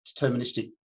deterministic